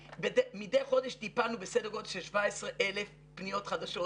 מדי חודש טיפלנו בסדר גודל של 17,000 פניות חדשות.